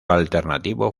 alternativo